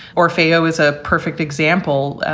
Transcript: orfeo is a perfect example.